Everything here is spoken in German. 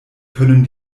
können